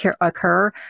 occur